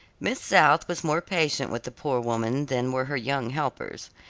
miss south was more patient with the poor woman than were her young helpers.